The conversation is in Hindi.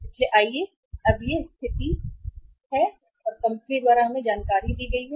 इसलिए आइए अब यह स्थिति है या कंपनी द्वारा हमें दी गई जानकारी है